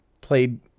played